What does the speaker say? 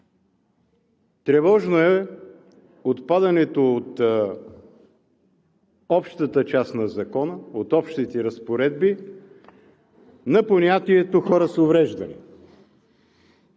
Тревожно е отпадането от общата част на Закона, от Общите разпоредби на понятието „хора с увреждания“.